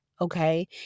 okay